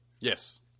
Yes